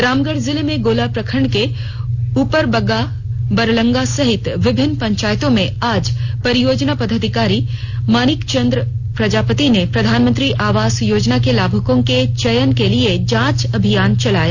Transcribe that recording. रामगढ जिले में गोला प्रखंड के ऊपरबरगा बरलंगा सहित विभिन्न पंचायतों में आज परियोजना पदाधिकारी मानिक चंद्र प्रजापति ने प्रधानमंत्री आवास योजना के लाभुकों के चयन के लिए जांच अभियान चलाया